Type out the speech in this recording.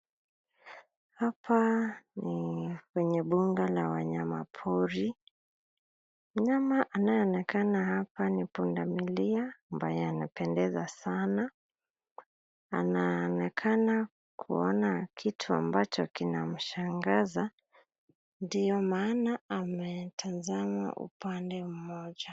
Hapa ni kwenye mbuga la wanyama pori mnyama anayeonekana hapa ni punda milia ambaye anapendeza sana. Anaonekana kuona kitu ambacho kina mshangaza ndio maana ametazama upande mmoja.